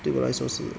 对我来说是